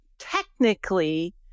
technically